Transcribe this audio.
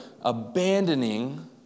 abandoning